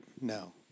No